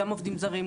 גם עובדים זרים,